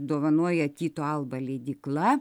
dovanoja tyto alba leidykla